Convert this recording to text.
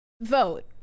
vote